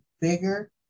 bigger